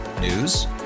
News